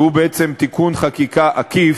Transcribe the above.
והוא בעצם תיקון חקיקה עקיף,